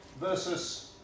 versus